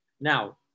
now